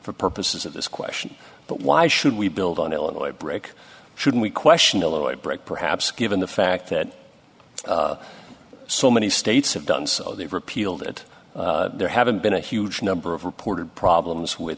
for purposes of this question but why should we build on illinois brick should we question illinois break perhaps given the fact that so many states have done so they've repealed it there haven't been a huge number of reported problems with